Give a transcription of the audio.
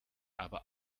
aber